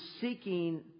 seeking